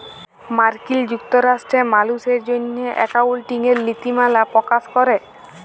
মার্কিল যুক্তরাষ্ট্রে মালুসের জ্যনহে একাউল্টিংয়ের লিতিমালা পকাশ ক্যরে